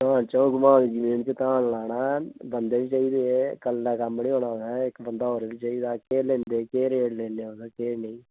च'ऊं घमांह् जमीन गी धान लाना ऐ बन्दे बी चाहिदे ऐ कल्ले कम्म नेईं होना इक बंदा होर बी चाहिदा केह् लैंदे केह् रेट लैंदे ओ ते केह् नेईं